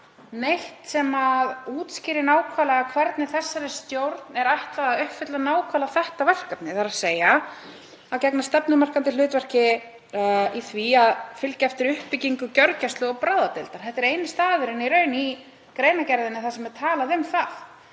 neitt sem útskýrir nákvæmlega hvernig þessari stjórn er ætlað að uppfylla þetta verkefni, þ.e. að gegna stefnumarkandi hlutverki í því að fylgja eftir uppbyggingu gjörgæslu- og bráðadeildar. Þetta er í raun eini staðurinn í greinargerðinni þar sem talað er um það.